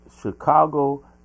Chicago